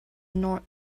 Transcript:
not